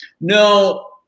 No